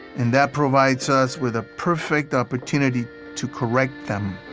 and that provides us with a perfect opportunity to correct them